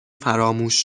فراموش